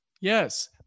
Yes